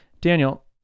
Daniel